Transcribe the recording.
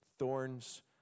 thorns